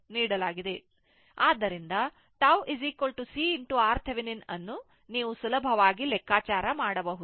ಆದ್ದರಿಂದ tau CRThevenin ಅನ್ನು ನೀವು ಸುಲಭವಾಗಿ ಲೆಕ್ಕಾಚಾರ ಮಾಡಬಹುದು